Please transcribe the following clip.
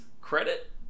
credit